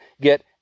get